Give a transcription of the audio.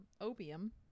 opium